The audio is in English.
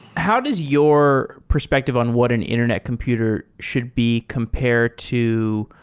how does your perspective on what an internet computer should be compared to